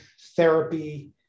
therapy